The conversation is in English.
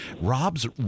Rob's